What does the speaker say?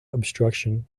obstruction